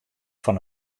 fan